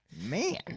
Man